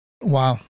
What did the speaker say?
Wow